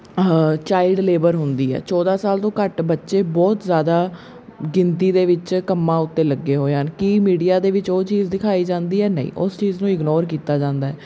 child labour ਹੁੰਦੀ ਹੈ ਚੌਦਾਂ ਸਾਲ ਤੋਂ ਘੱਟ ਬੱਚੇ ਬਹੁਤ ਜ਼ਿਆਦਾ ਗਿਣਤੀ ਦੇ ਵਿੱਚ ਕੰਮਾਂ ਉੱਤੇ ਲੱਗੇ ਹੋਏ ਹਨ ਕੀ ਮੀਡੀਆ ਦੇ ਵਿੱਚ ਉਹ ਚੀਜ਼ ਦਿਖਾਈ ਜਾਂਦੀ ਹੈ ਨਹੀਂ ਉਸ ਚੀਜ਼ ਨੂੰ ਇਗਨੋਰ ਕੀਤਾ ਜਾਂਦਾ